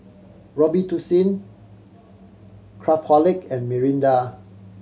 Robitussin Craftholic and Mirinda